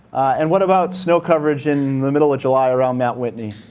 and what about snow coverage in the middle of july around mt. whitney?